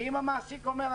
כי אם המעסיק אומר,